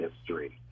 history